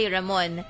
Ramon